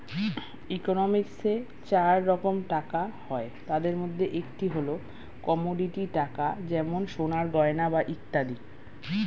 ইকোনমিক্সে চার রকম টাকা হয়, তাদের মধ্যে একটি হল কমোডিটি টাকা যেমন সোনার গয়না বা ইত্যাদি